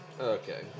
Okay